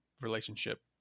relationship